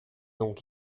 donc